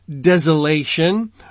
desolation